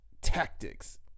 tactics